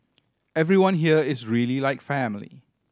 everyone here is really like family